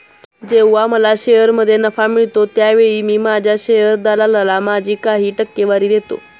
जेव्हा मला शेअरमध्ये नफा मिळतो त्यावेळी मी माझ्या शेअर दलालाला माझी काही टक्केवारी देतो